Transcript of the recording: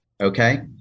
Okay